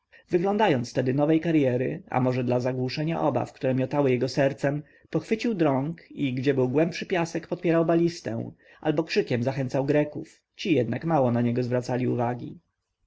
wyglądając tedy nowej karjery a może dla zagłuszenia obaw które miotały jego sercem pochwycił drąg i gdzie był głębszy piasek podpierał balistę albo krzykiem zachęcał greków ci jednak mało zwracali na niego uwagi